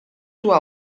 tua